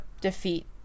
defeat